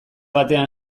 batean